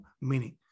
meaning